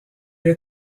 est